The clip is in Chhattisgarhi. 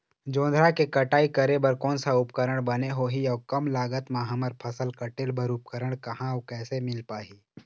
जोंधरा के कटाई करें बर कोन सा उपकरण बने होही अऊ कम लागत मा हमर फसल कटेल बार उपकरण कहा अउ कैसे मील पाही?